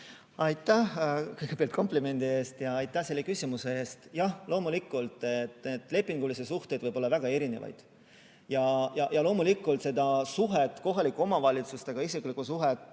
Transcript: Aitäh komplimendi eest! Ja aitäh selle küsimuse eest! Jah, loomulikult lepingulisi suhteid võib olla väga erinevaid. Ja loomulikult seda suhet kohalike omavalitsustega, isiklikku suhet,